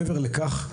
מעבר לכך,